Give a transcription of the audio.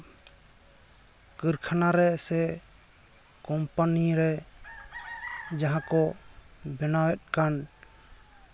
ᱠᱟᱹᱨᱠᱷᱟᱱᱟ ᱨᱮ ᱥᱮ ᱠᱳᱢᱯᱟᱱᱤ ᱨᱮ ᱡᱟᱦᱟᱸ ᱠᱚ ᱵᱮᱱᱟᱣᱮᱫ ᱠᱟᱱ